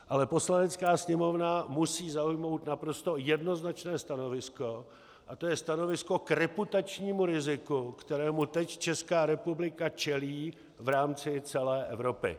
Ale Poslanecká sněmovna musí zaujmout naprosto jednoznačné stanovisko a to je stanovisko k reputačnímu riziku, kterému teď Česká republika čelí v rámci celé Evropy.